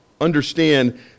understand